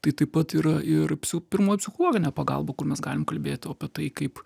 tai taip pat yra ir pirmoji psichologinė pagalba kur mes galim kalbėti apie tai kaip